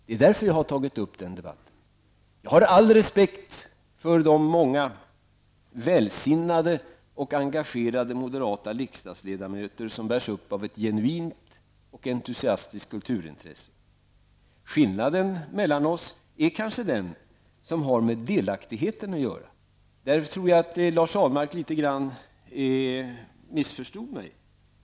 Det är därför jag har tagit upp dem. Jag har all respekt för de många välsinnade och engagerade moderata riksdagsledamöter som bärs upp av ett genuint och entusiastiskt kulturintresse. Skillnaden mellan oss är kanske den som har med delaktigheten att göra. Där tror jag att Lars Ahlmark litet grand missförstod mig.